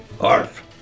Arf